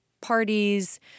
parties